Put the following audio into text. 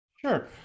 Sure